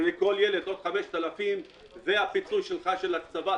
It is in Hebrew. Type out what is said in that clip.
ולכל ילד עוד 5,000 דולר זה הפיצוי שלך של הקצבה,